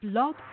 Blog